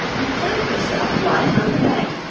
and found herself lying on the bank,